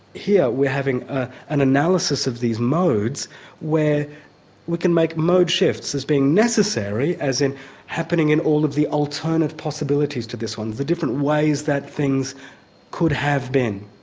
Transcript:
here we're having ah an analysis of these modes where we can make mode shifts as being necessary as in happening in all of the alternate possibilities to this one, the different ways that things could have been.